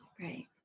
Right